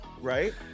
Right